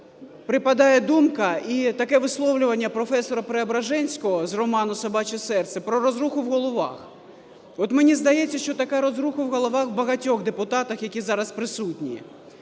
припадає думка і таке висловлювання професора Преображенського з роману "Собаче серце" про розруху в головах. От мені здається, що така розруха в головах в багатьох депутатів, які зараз присутні.